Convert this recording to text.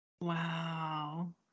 Wow